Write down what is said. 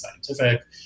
scientific